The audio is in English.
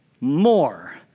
more